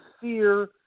fear